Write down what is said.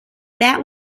that